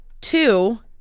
two